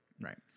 right